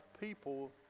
people